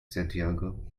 santiago